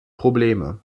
probleme